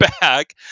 back